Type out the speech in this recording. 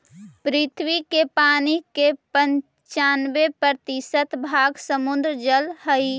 पृथ्वी के पानी के पनचान्बे प्रतिशत भाग समुद्र जल हई